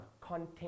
Content